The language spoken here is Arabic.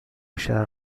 الشهر